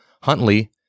Huntley